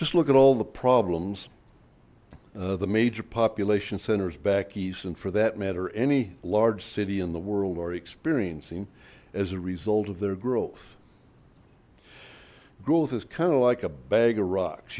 just look at all the problems the major population centers back east and for that matter any large city in the world are experiencing as a result of their growth growth is kind of like a bag of rocks